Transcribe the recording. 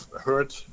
heard